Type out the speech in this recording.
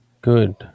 Good